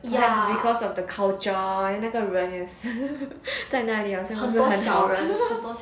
that's because of the culture 那个人也是 在那里好像是很好 ppl